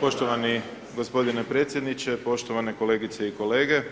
Poštovani g. predsjedniče, poštovane kolegice i kolege,